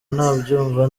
ntabyumva